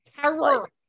terror